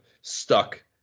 stuck